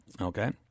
Okay